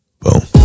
Boom